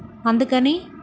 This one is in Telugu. అందుకని